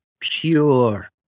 pure